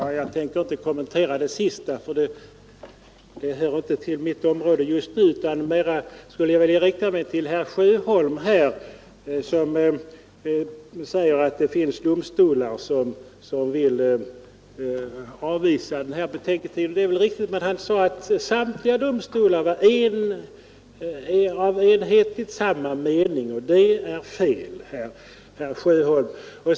Fru talman! Det där sista som fru Jonäng sade tänker jag inte kommentera. Det hör inte till mitt område just nu. I stället vill jag rikta mig till herr Sjöholm, som sade att det finns domstolar som vill avvisa den här betänketiden. Ja, det är väl riktigt. Men herr Sjöholm sade tidigare att samtliga domstolar enhälligt var av samma mening, och det var fel, herr Sjöholm!